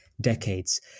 decades